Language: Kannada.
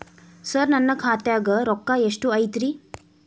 ಸರ ನನ್ನ ಖಾತ್ಯಾಗ ರೊಕ್ಕ ಎಷ್ಟು ಐತಿರಿ?